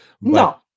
No